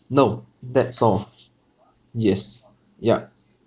no that's all yes ya